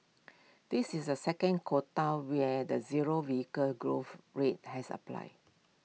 this is the second quota where the zero vehicle growth rate has applied